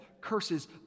curses